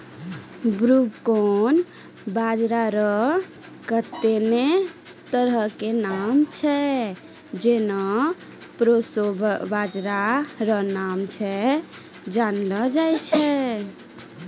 broomcorn बाजरा रो कत्ते ने तरह के नाम छै जेना प्रोशो बाजरा रो नाम से जानलो जाय छै